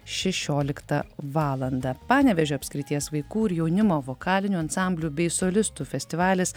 šešioliktą valandą panevėžio apskrities vaikų ir jaunimo vokalinių ansamblių bei solistų festivalis